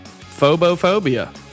Phobophobia